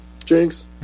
Jinx